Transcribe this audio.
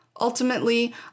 ultimately